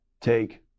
take